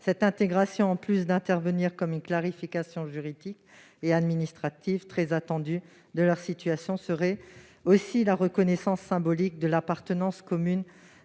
Cette intégration, outre qu'elle interviendrait comme une clarification juridique et administrative très attendue de leur situation, serait aussi la reconnaissance symbolique de l'appartenance commune